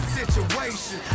situation